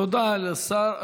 תודה לשר.